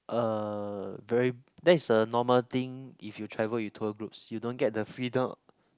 uh very that's a normal thing if you travel with tour groups you don't get the freedom